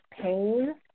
pain